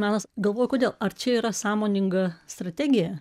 menas galvoju kodėl ar čia yra sąmoninga strategija